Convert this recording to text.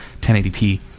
1080p